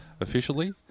Officially